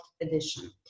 Edition